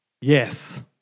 yes